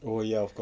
oh ya of course